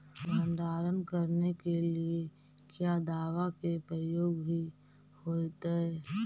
भंडारन करने के लिय क्या दाबा के प्रयोग भी होयतय?